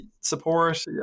support